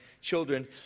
children